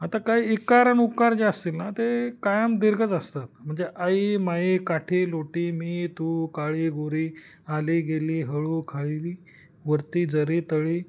आता काही इकार आणि उकार जे असतील ना ते कायम दीर्घच असतात म्हणजे आई माई काठी लोटी मी तू काळी गोरी आली गेली हळू खळी वरती जरी तळी